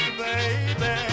baby